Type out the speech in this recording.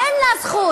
אין לה זכות.